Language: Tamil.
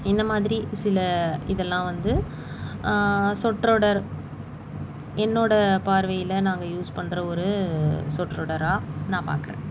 இந்த மாதிரி சில இதெல்லாம் வந்து சொற்றொடர் என்னோடய பார்வையில் நாங்கள் யூஸ் பண்ணுற ஒரு சொற்றொடராக நான் பார்க்குறேன்